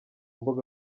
mbuga